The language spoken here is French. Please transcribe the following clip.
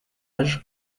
âge